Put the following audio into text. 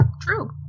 True